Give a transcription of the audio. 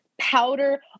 powder